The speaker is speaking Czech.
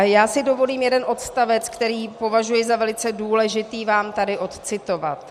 Já si dovolím jeden odstavec, který považuji za velice důležitý, vám tady odcitovat: